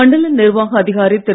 மண்டல நிர்வாக அதிகாரி திரு